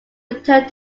returned